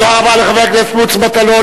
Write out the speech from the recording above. תודה רבה לחבר הכנסת מוץ מטלון.